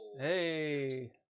Hey